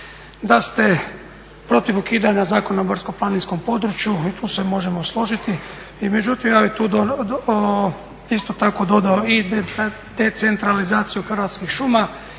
da ste protiv ukidanja Zakona o brdsko-planinskom području i tu se možemo složiti i ja bih tu isto tako dodao i decentralizaciju Hrvatskih šuma